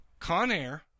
Conair